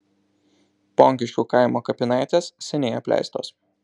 ponkiškių kaimo kapinaitės seniai apleistos